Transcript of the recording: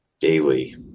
daily